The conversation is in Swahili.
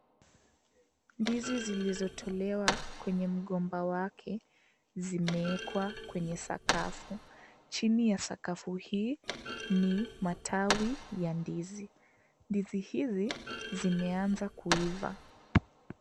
Ndizi zilizotolewa kwenye mgomba wake zimewekwa kwenye sakafu. Chini ya sakafu hii, ni matawi ya ndizi. Ndizi hizi, zimeanza kuiva.